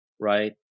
Right